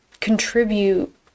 contribute